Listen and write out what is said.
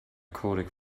codec